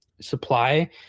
supply